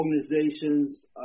organizations